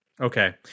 Okay